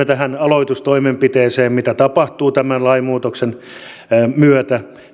tähän aloitustoimenpiteeseen mitä tapahtuu tämän lainmuutoksen myötä